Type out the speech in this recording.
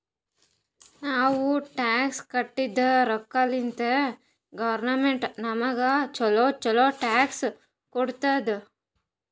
ನಾವ್ ಟ್ಯಾಕ್ಸ್ ಕಟ್ಟಿದ್ ರೊಕ್ಕಾಲಿಂತೆ ಗೌರ್ಮೆಂಟ್ ನಮುಗ ಛಲೋ ಛಲೋ ಸ್ಕೀಮ್ ಕೊಡ್ತುದ್